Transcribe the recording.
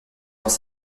dans